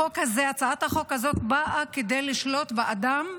הצעת החוק הזאת באה כדי לשלוט באדם ובאדמה.